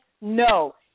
No